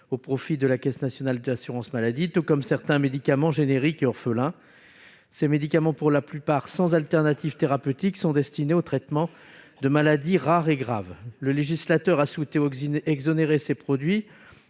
au profit de la Caisse nationale de l'assurance maladie, tout comme certains médicaments génériques et orphelins. Pour la plupart sans alternative thérapeutique, ces médicaments sont destinés au traitement de maladies rares et graves. Le législateur a souhaité les exonérer pour